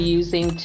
using